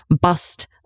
bust